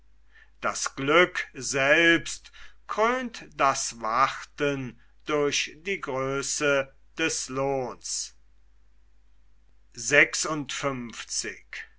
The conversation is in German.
das glück selbst krönt das warten durch die größe des lohns